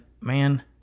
man